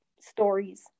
stories